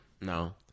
No